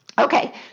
Okay